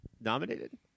nominated